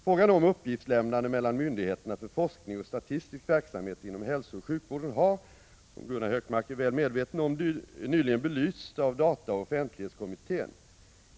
Frågan om uppgiftslämnande mellan myndigheterna för forskning och statistisk verksamhet inom hälsooch sjukvården har — som Gunnar Hökmark är väl medveten om — nyligen belysts av dataoch offentlighetskommittén .